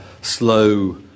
slow